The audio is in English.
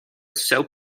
soap